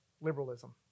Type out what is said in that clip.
liberalism